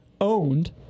owned